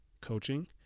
coaching